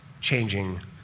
changing